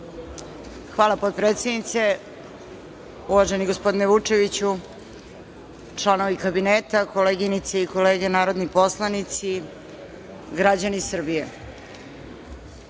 Hvala, predsednice, uvaženi gospodine Vučeviću, članovi kabineta, koleginice i kolege narodni poslanici, građani Srbije.